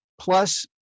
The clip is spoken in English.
Plus